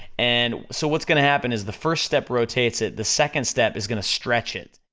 and so what's gonna happen is, the first step rotates it, the second step is gonna stretch it,